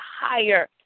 higher